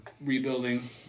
rebuilding